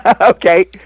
Okay